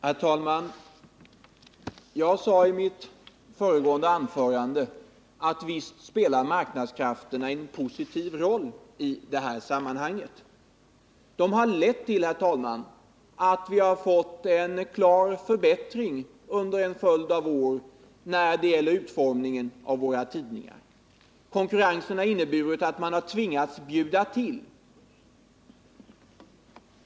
Herr talman! Jag sade i mitt föregående anförande att marknadskrafterna spelar en positiv roll i det här sammanhanget. Det har lett till, herr talman, att vi har fått en förbättring under en följd av år när det gäller utformningen av våra tidningar. Konkurrensen har inneburit att man har tvingats bjuda till.